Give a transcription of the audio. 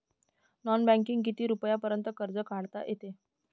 Non बँकिंगनं किती रुपयापर्यंत कर्ज काढता येते?